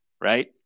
right